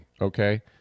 okay